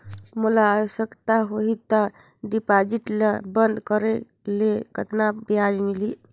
मोला आवश्यकता होही त डिपॉजिट ल बंद करे ले कतना ब्याज मिलही?